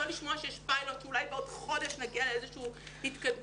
לא לשמוע שיש פיילוט ואולי בעוד חודש נגיע לאיזושהי התקדמות.